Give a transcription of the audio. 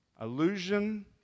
Illusion